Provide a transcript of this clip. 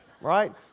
right